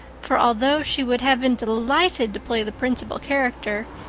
for, although she would have been delighted to play the principal character,